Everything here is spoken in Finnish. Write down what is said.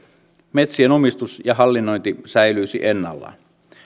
metsien omistus ja hallinnointi säilyisi ennallaan